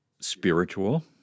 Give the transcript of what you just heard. spiritual